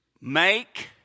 Make